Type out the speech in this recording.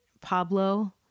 Pablo